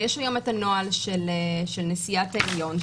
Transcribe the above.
ויש היום את הנוהל של נשיאת העליון,